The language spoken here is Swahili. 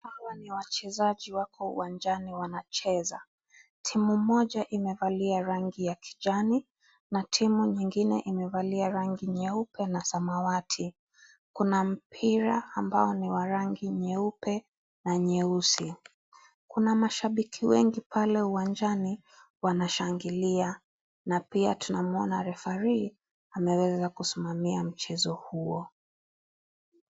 Hawa ni wachezaji wako uwanjani wanacheza ,timu moja imevalia rangi ya kijani na timu nyingine imevalia rangi nyeupe na samawati ,kuna mpira ambao ni wa rangi nyeupe na nyeusi kuna mashabiki wengi pale uwanjani wanashangilia na pia tunamwona refarii ameweza kusimamia mchezo huo.